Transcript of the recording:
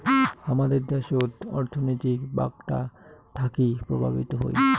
হামাদের দ্যাশোত অর্থনীতি বাঁকটা থাকি প্রভাবিত হই